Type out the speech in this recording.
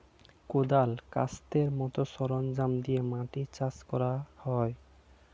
কোদাল, কাস্তের মত সরঞ্জাম দিয়ে মাটি চাষ করা হয়